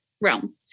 realm